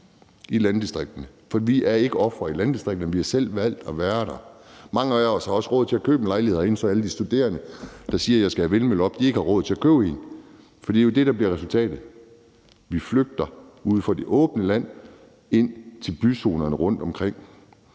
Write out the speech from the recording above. i landdistrikterne er. For vi er i landdistrikterne ikke ofre. Vi har selv valgt at være der, og mange af os har også råd til at købe en lejlighed herinde i byen, så alle de studerende, som siger, at jeg skal have nogle vindmøller op, ikke har råd til at købe en. For det er jo det, der bliver resultatet, altså at vi flygter ude fra det åbne land og ind til byzonerne rundtomkring,